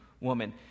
woman